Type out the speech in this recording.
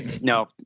no